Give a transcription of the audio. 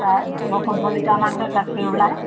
দহ পোন্ধৰ লিটাৰমানকে গাখীৰ ওলায়